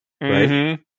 right